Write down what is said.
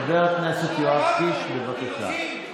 חבר הכנסת יואב קיש, בבקשה.